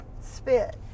spit